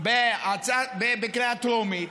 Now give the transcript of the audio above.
בקריאה טרומית,